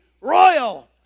royal